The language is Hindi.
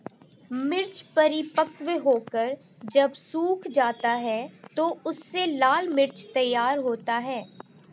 मिर्च परिपक्व होकर जब सूख जाता है तो उससे लाल मिर्च तैयार होता है